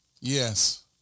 Yes